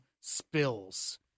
Spills